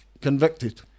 convicted